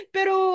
Pero